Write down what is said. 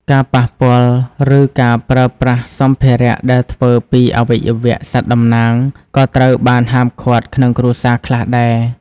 ការប៉ះពាល់ ឬការប្រើប្រាស់សម្ភារៈដែលធ្វើពីអវយវៈសត្វតំណាង ក៏ត្រូវបានហាមឃាត់ក្នុងគ្រួសារខ្លះដែរ។